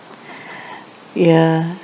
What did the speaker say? ya